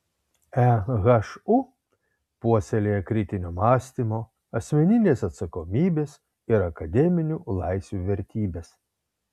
ehu puoselėja kritinio mąstymo asmeninės atsakomybės ir akademinių laisvių vertybes